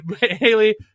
Haley